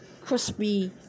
crispy